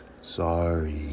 Sorry